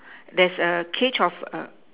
there's a cage of a